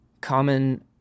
common